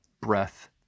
breath